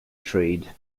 trade